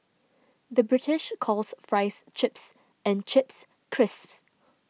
the British calls Fries Chips and Chips Crisps